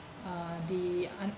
uh the